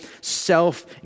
self